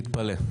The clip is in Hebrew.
תתפלא.